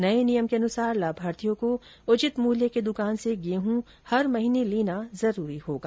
नये नियम के अनुसार लाभार्थियों को उचित मूल्य की दुकान से गेहूं प्रतिमाह लेना जरूरी होगा